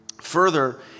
Further